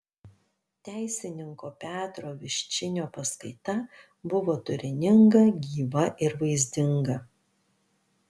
teisininko petro viščinio paskaita buvo turininga gyva ir vaizdinga